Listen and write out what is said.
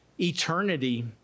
eternity